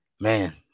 Man